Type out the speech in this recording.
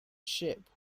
ship